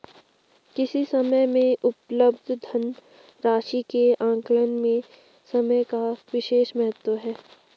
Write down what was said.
किसी समय में उपलब्ध धन राशि के आकलन में समय का विशेष महत्व है